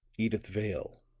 edyth vale,